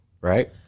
Right